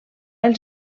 els